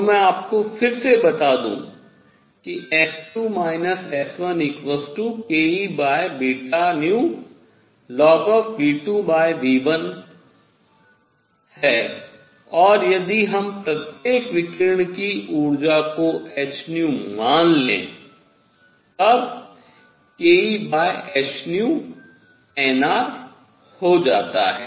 तो मैं आपको फिर से बता दूं कि S2 S1kEβνln V2V1 और यदि हम प्रत्येक विकिरण अणु की ऊर्जा को hν मान लें तब kEhν n R हो जाता है